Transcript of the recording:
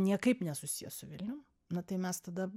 niekaip nesusijęs su vilnium na tai mes tada